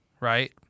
Right